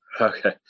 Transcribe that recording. Okay